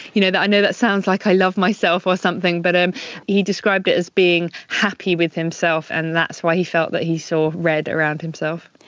you know i know that sounds like i love myself or something, but ah he described it as being happy with himself and that's why he felt that he saw red around himself.